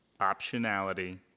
optionality